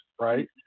right